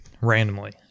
randomly